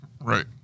right